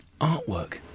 Artwork